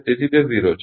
તેથી તે 0 છે